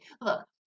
look